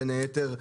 בין היתר,